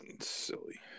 silly